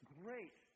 great